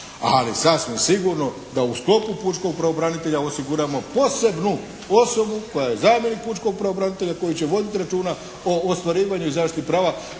ali sasvim sigurno da u sklopu pučkog pravobranitelja osiguramo posebnu osobu koja je zamjenik pučkog pravobranitelja koji će voditi računa o ostvarivanju i zaštiti prava